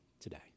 today